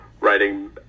writing